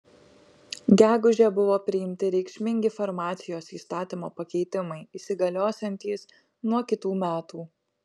gegužę buvo priimti reikšmingi farmacijos įstatymo pakeitimai įsigaliosiantys nuo kitų metų